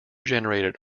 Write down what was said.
generated